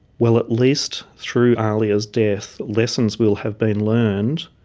well, at least through ahlia's death, lessons will have been learned,